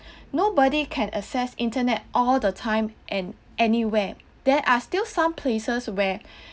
nobody can access internet all the time and anywhere there are still some places where